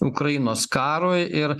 ukrainos karui ir